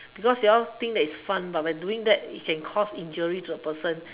because they all think that is fun but by doing that it can cause injury to a person